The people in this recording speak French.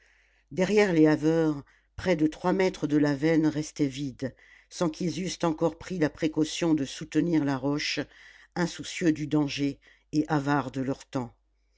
derrière les haveurs près de trois mètres de la veine restaient vides sans qu'ils eussent encore pris la précaution de soutenir la roche insoucieux du danger et avares de leur temps